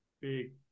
big